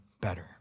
better